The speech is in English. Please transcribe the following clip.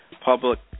public